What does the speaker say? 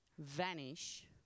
vanish